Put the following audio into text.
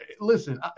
listen